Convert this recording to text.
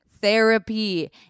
therapy